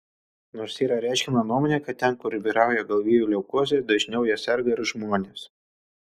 nors yra reiškiama nuomonė kad ten kur vyrauja galvijų leukozė dažniau ja serga ir žmonės